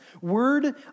word